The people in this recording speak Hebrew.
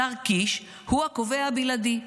השר קיש הוא הקובע הבלעדי.